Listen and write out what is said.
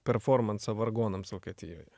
performansą vargonams vokietijoje